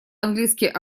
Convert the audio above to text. английский